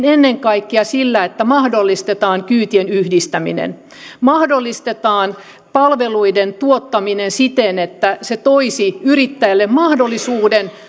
ennen kaikkea sillä että mahdollistetaan kyytien yhdistäminen mahdollistetaan palveluiden tuottaminen siten että se toisi yrittäjälle mahdollisuuden